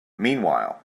meanwhile